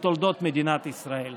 בתולדות מדינת ישראל.